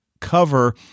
cover